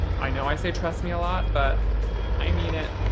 i know i say trust me a lot, but i mean it.